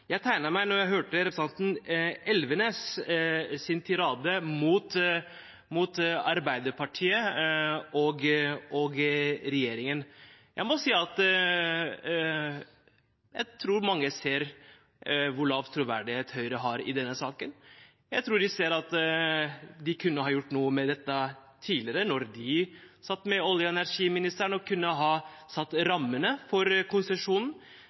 Jeg tegnet meg da jeg hørte representanten Elvenes’ tirade mot Arbeiderpartiet og regjeringen. Jeg tror mange ser hvor lav troverdighet Høyre har i denne saken. Jeg tror man ser at de kunne ha gjort noe med dette tidligere, da de satt med olje- og energiministeren og kunne ha satt rammene for konsesjonen.